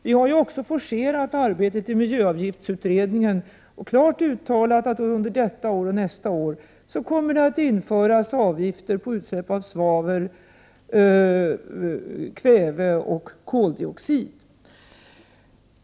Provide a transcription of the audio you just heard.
Vi har också forcerat arbetet i miljöavgiftsutredningen och klart uttalat att det under detta år och nästa år kommer att införas avgifter på utsläpp av svavel, kväve och koldioxid.